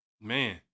Man